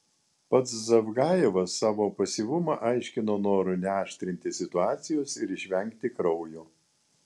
pats zavgajevas savo pasyvumą aiškino noru neaštrinti situacijos ir išvengti kraujo